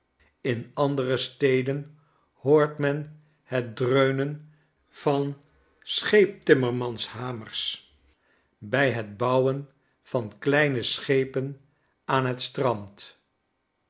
in andere steden hoort men het dreunen van scheepstimmermanshamers bij het bouwen van kleine schepen aan het strand